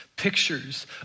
Pictures